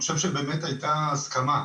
ובאמת היתה הסכמה.